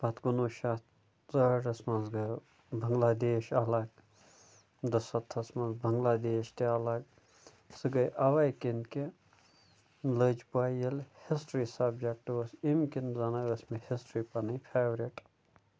پَتہٕ کُنوُہ شَتھ ژُہٲٹھَس منٛز گٔو بَنٛگلادیش اَلَگ دُسَتھَس منٛز بَنٛگلادیش تہِ اَلَگ سُہ گٔے اَوَے کِنۍ کہِ لٔج پَے ییٚلہِ ہِسٹِرٛی سَبجَکٹہٕ اوس اَمہِ کِنۍ زن ٲس مےٚ ہِسٹِرٛی پَنٕنۍ فیٛورِٹ